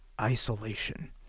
isolation